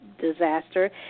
Disaster